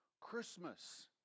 Christmas